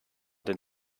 den